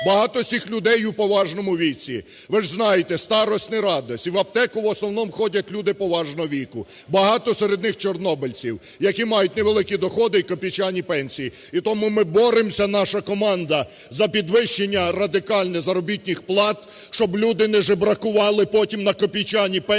Багато з цих людей у поважному віці. Ви ж знаєте, старість – не радість. І в аптеку в основному ходять люди поважного віку, багато серед них чорнобильців, які мають невеликі доходи і копійчані пенсії. І тому ми боремося, наша команда, за підвищення радикальне заробітних плат, щоб люди не жебракували потім на копійчані пенсії